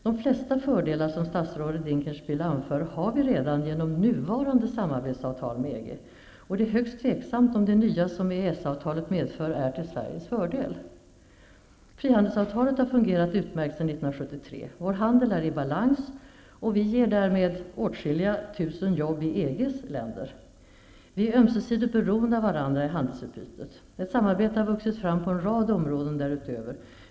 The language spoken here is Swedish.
De flesta fördelar som statsrådet Dinkelspiel anför har vi redan genom nuvarande samarbetsavtal med EG, och det är högst tveksamt om det nya som EES-avtalet medför är till Sveriges fördel. Frihandelsavtalet har fungerat utmärkt sedan 1973. Vår handel är i balans, och vi ger därmed åtskilliga tusen jobb i EG:s länder. Vi är ömsesidigt beroende av varandra i handelsutbytet. Ett samarbete har vuxit fram på en rad områden därutöver.